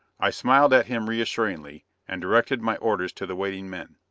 i smiled at him reassuringly, and directed my orders to the waiting men.